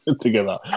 together